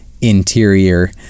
interior